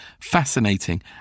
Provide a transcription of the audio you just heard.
fascinating